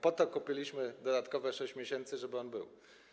Po to kupiliśmy dodatkowe 6 miesięcy, żeby on był.